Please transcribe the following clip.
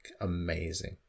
amazing